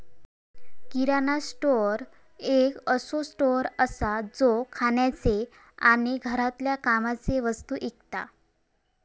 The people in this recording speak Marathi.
किराणा स्टोअर एक असो स्टोअर असा जो खाण्याचे आणि घरातल्या कामाचे वस्तु विकता